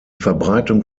verbreitung